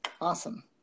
Awesome